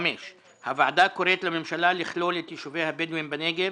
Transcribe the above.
הוועדה קוראת לממשלה לכלול את יישובי הבדואים בנגב